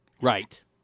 Right